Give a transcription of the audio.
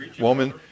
woman